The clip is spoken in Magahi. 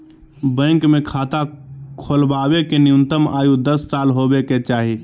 बैंक मे खाता खोलबावे के न्यूनतम आयु दस साल होबे के चाही